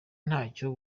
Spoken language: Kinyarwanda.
ntacyo